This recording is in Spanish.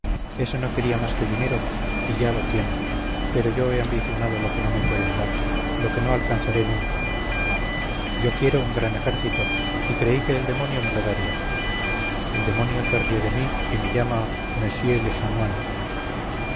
ese no quería más que dinero y ya lo tiene pero yo he ambicionado lo que no me pueden dar lo que no alcanzaré nunca no yo quiero un gran ejército y creí que el demonio me lo daría el demonio se ríe de mí y me llama monsieur le